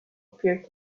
appeared